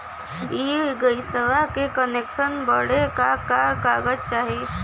इ गइसवा के कनेक्सन बड़े का का कागज चाही?